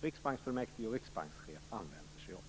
Riksbanksfullmäktige och riksbankschefen använder sig av en bataljon av monetaristiska ekonomer.